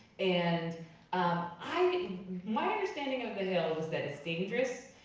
and i, my understanding of the hill was that it's dangerous,